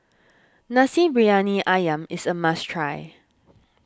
Nasi Briyani Ayam is a must try